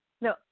No